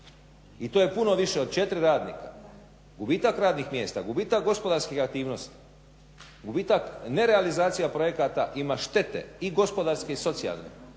I to je puno više od četiri radnika, gubitak radnih mjesta, gubitak gospodarskih aktivnosti, gubitak nerealizacija projekata ima štete i gospodarske i socijalne